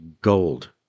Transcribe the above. gold